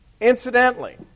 Incidentally